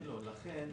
לכן,